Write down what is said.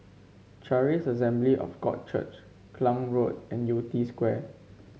Charis Assembly of God Church Klang Road and Yew Tee Square